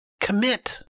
Commit